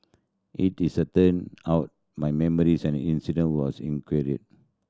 it is a turned out my memories and incident was